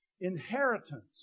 inheritance